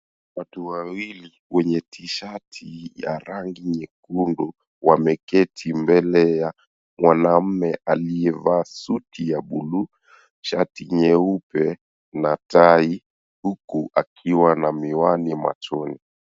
Watu wawili wenye tshati ya rangi nyekundu wameketi mbele ya mwanaume aliyevaa suti ya blue shati nyeupe na tai huku akiwa na miwani machoni.